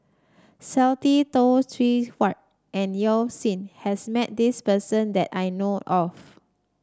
Stanley Toft Stewart and Yao Zi has met this person that I know of